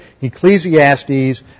Ecclesiastes